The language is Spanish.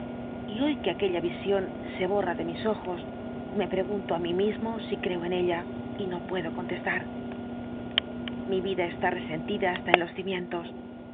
y hoy que aquella visión se borra de mis ojos me pregunto á mí mismo si creo en ella y no puedo contestar mi vida está resentida hasta en los cimientos